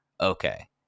okay